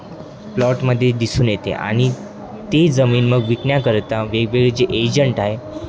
प्लॉटमध्ये दिसून येते आणि ती जमीन मग विकण्याकरता वेगवेगळे जे एजंट आहे